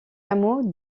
hameau